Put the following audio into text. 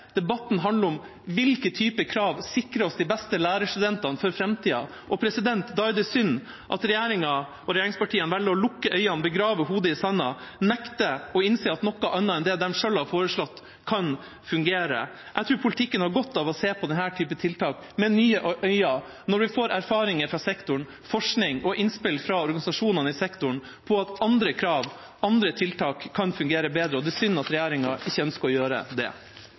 Debatten handler om hvilke typer krav som sikrer oss de beste lærerstudentene for framtida. Da er det synd at regjeringa og regjeringspartiene velger å lukke øynene, begrave hodet i sanden og nekte å innse at noe annet enn det de selv har foreslått, kan fungere. Jeg tror politikken har godt av å se på denne typen tiltak med nye øyne når vi får erfaringer fra sektoren, forskning og innspill fra organisasjonene i sektoren om at andre krav, andre tiltak, kan fungere bedre. Det er synd at regjeringa ikke ønsker å gjøre det.